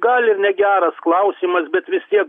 gal ir negeras klausimas bet vis tiek